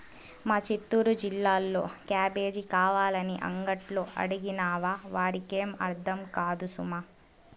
మా చిత్తూరు జిల్లాలో క్యాబేజీ కావాలని అంగట్లో అడిగినావా వారికేం అర్థం కాదు సుమా